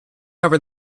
cover